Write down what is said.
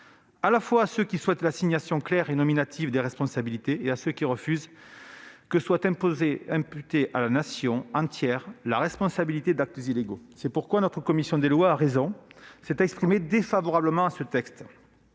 générale, à ceux qui souhaitent l'assignation claire et nominative de responsabilités comme à ceux qui refusent de voir imputée à la Nation entière la responsabilité d'actes illégaux. C'est pourquoi notre commission des lois s'est, à raison, prononcée en défaveur de ce texte